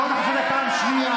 בעד יואב בן צור,